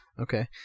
okay